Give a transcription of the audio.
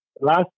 last